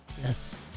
Yes